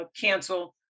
cancel